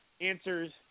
answers